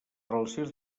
relacions